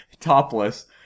topless